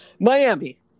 Miami